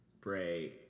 Bray